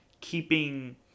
keeping